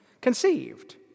conceived